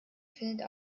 findet